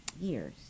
years